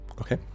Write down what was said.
okay